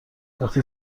وقتی